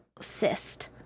Cyst